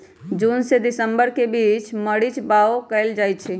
जून से दिसंबर के बीच मरीच बाओ कएल जाइछइ